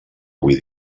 avui